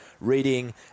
reading